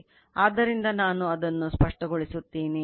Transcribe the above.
ಆದ್ದರಿಂದ ನಾನು ಅದನ್ನು ಸ್ಪಷ್ಟಗೊಳಿಸುತ್ತೇನೆ